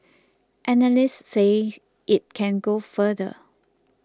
analysts say it can go further